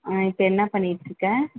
இப்போ என்ன பண்ணிகிட்டு இருக்க